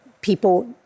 people